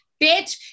bitch